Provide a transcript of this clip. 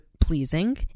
pleasing